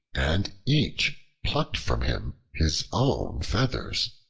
and each plucked from him his own feathers,